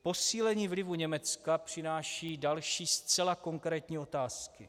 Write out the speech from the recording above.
Posílení vlivu Německa přináší další zcela konkrétní otázky.